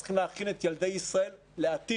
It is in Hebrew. אנחנו צריכים להכין את ילדי ישראל לעתיד.